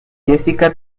jessica